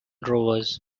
rovers